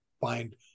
find